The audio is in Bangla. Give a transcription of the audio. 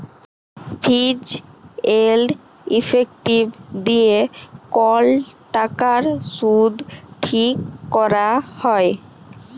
ফিজ এল্ড ইফেক্টিভ দিঁয়ে কল টাকার সুদ ঠিক ক্যরা হ্যয়